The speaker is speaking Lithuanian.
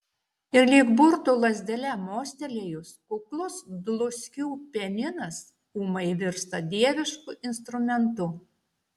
ir lyg burtų lazdele mostelėjus kuklus dluskių pianinas ūmai virsta dievišku instrumentu